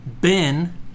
Ben